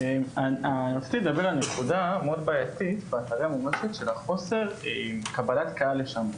רציתי לדבר על נקודה מאוד בעייתית באתרי המורשת של חוסר קבלת קהל לשם.